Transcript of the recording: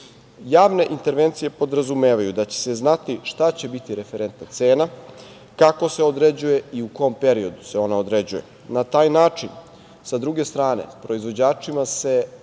intervencije podrazumevaju da će se znati šta će biti referentna cena, kako se određuje i u kom periodu se ona određuje. Na taj način sa druge strane proizvođačima se